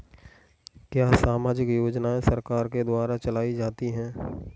क्या सामाजिक योजनाएँ सरकार के द्वारा चलाई जाती हैं?